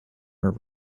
her